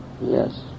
yes